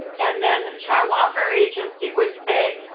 and then the child welfare agency would say,